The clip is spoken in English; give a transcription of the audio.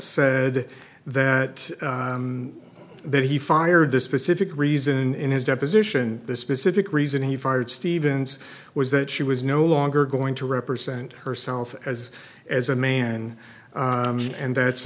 said that that he fired this specific reason in his deposition the specific reason he fired stevens was that she was no longer going to represent herself as as a man and that's